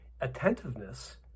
attentiveness